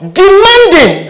demanding